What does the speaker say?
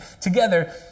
together